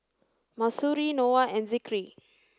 Mahsuri Noah and Zikri